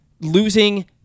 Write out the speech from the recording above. losing